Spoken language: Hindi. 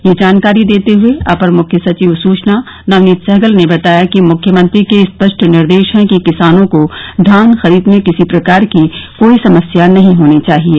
यह जानकारी देते हुए अपर मुख्य सचिव सूचना नवनीत सहगल ने बताया कि मुख्यमंत्री के स्पष्ट निर्देश है कि किसानों को धान खरीद में किसी प्रकार की कोई समस्या नहीं होनी चाहिये